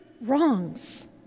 wrongs